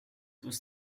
was